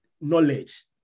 knowledge